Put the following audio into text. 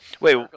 Wait